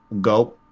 Go